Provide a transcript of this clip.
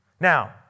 Now